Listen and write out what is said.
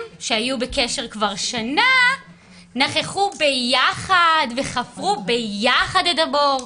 שהיו בקשר כבר שנה נכחו ביחד וחפרו ביחד את הבור,